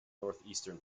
northeastern